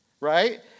right